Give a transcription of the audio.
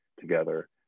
together